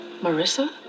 Marissa